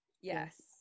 Yes